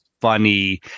funny